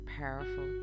powerful